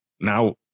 now